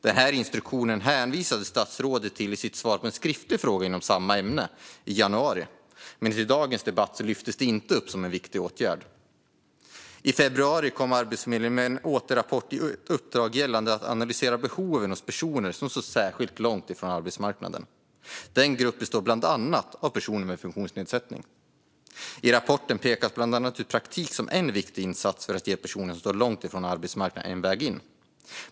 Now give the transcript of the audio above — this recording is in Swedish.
Denna instruktion hänvisade statsrådet till i sitt svar på en skriftlig fråga om samma ämne i januari, men i dagens debatt lyfts det inte upp som en viktig åtgärd. I februari kom Arbetsförmedlingen med en återrapport i ett uppdrag som gäller att analysera behoven hos personer som står särskilt långt ifrån arbetsmarknaden. Denna grupp består bland annat av personer med funktionsnedsättning. I rapporten pekas bland annat praktik ut som en viktig insats för att ge personer som står långt ifrån arbetsmarknaden en väg in.